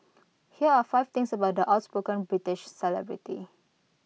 here are five things about the outspoken British celebrity